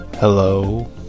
Hello